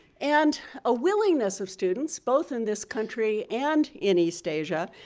and a willingness of students both in this country and in east asia,